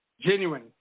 Genuine